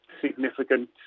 significant